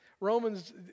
Romans